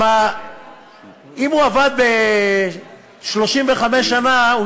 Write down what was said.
כי אם הוא עבד 35 שנה,